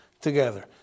together